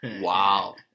Wow